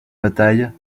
bataille